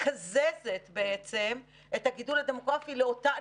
מקזזת בעצם את הגידול הדמוגרפי לאותן